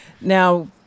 Now